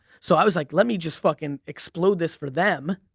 so i was like let me just fucking explode this for them.